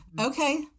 Okay